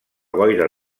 boira